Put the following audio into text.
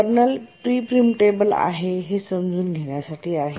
colonel pre preemptable आहे हे समजून घेण्यासाठी आहे